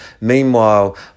meanwhile